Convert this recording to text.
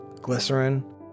glycerin